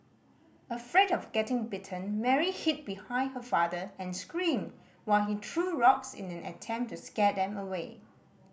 afraid of getting bitten Mary hid behind her father and screamed while he threw rocks in an attempt to scare them away